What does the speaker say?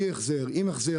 עם החזר או בלי החזר